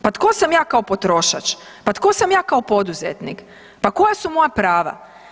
Pa tko sam ja kao potrošač, pa tko sam ja kao poduzetnik, pa koja su moja prava?